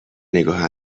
نگاه